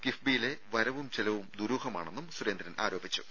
കിഫ്ബിയിലെ വരവും ചെലവും ദുരൂഹമാണെന്നും സുരേന്ദ്രൻ ആരോപിച്ചു